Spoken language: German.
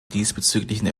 diesbezüglichen